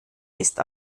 ist